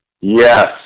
Yes